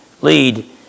lead